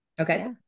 Okay